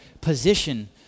position